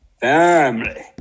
Family